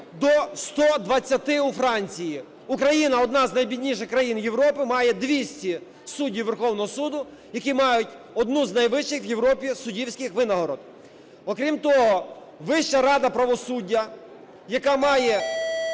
до 120 у Франції. Україна одна з найбідніших країн Європи має 200 суддів Верховного Суду, які мають одну з найвищих в Європі суддівських винагород. Окрім того, Вища рада правосуддя, яка має